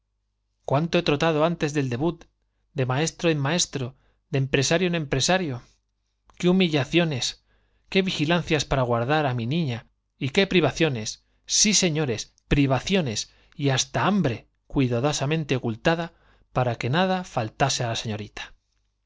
cuánto he trotado antes debut maestro y de empresario en empresario l i qué humi llaciones qué vigilancias para guardar á mi niña y qué privaciones sí señores privaciones y hasta hambre cuidadosamnte ocultada para que nada fal tase á la señorita